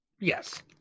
Yes